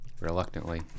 Reluctantly